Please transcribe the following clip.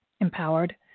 empowered